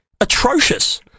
atrocious